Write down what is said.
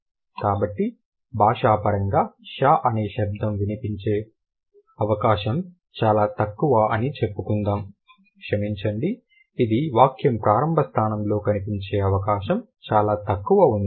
కాబట్టి భాషాపరంగా ష అనే శబ్దం కనిపించే అవకాశం చాలా తక్కువ అని చెప్పుకుందాం క్షమించండి ఇది వాక్యం ప్రారంభ స్థానంలో కనిపించే అవకాశం చాలా తక్కువ ఉంది